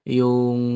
yung